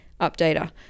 updater